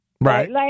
right